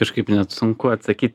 kažkaip net sunku atsakyt